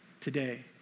today